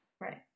right